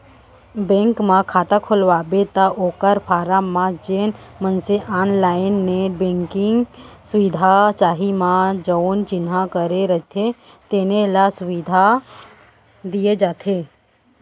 bank म खाता खोलवाबे त ओकर फारम म जेन मनसे ऑनलाईन नेट बेंकिंग सुबिधा चाही म जउन चिन्हा करे रथें तेने ल सुबिधा दिये जाथे